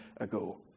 ago